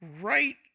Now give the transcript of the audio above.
right